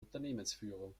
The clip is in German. unternehmensführung